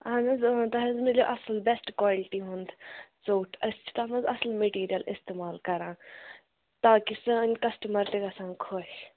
اَہَن حظ تۄہہِ حظ میلیو اَصٕل بیٚسٹہٕ کالٹی ہُنٛد ژوٚٹ أسۍ چھِ تَتھ منٛز اَصٕل میٹیٖریَل اِستعمال کَران تاکہِ سٲنۍ کَسٹٕمَر تہِ گژھان خۄش